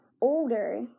older